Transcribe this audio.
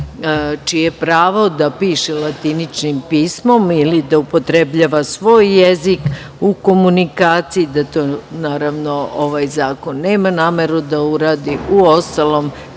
čije pravo da piše latiničnim pismom ili da upotrebljava svoj jezik u komunikaciji, da to, naravno, ovaj zakon nema nameru da uradi. Uostalom,